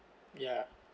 ya